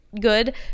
good